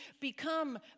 become